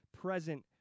present